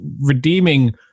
redeeming